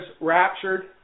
raptured